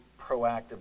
proactively